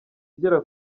igera